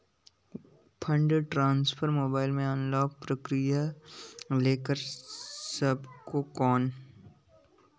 Fund transfer अपन mobile मे online प्रक्रिया ले कर सकबो कौन?